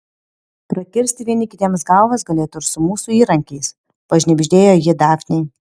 prakirsti vieni kitiems galvas galėtų ir su mūsų įrankiais pašnibždėjo ji dafnei